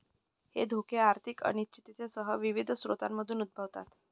हे धोके आर्थिक अनिश्चिततेसह विविध स्रोतांमधून उद्भवतात